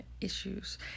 issues